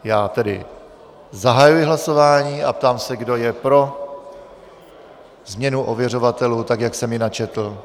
Já tedy zahajuji hlasování a ptám se, kdo je pro změnu ověřovatelů, tak jak jsem ji načetl.